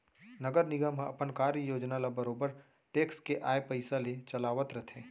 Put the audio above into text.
नगर निगम ह अपन कार्य योजना ल बरोबर टेक्स के आय पइसा ले चलावत रथे